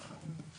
כן.